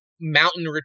mountain